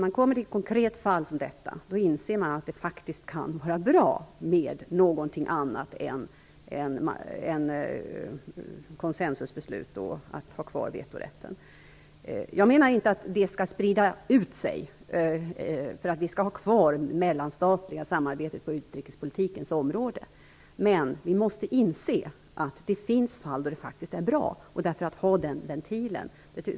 I ett konkret fall som detta inser man att det faktiskt kan vara bra med något annat än konsensusbeslut, dvs. att ha kvar vetorätten. Jag menar inte att det skall breda ut sig, för det mellanstatliga samarbetet skall vi ha kvar på utrikespolitikens område. Men vi måste inse att det finns fall då det faktiskt är bra att ha den ventilen.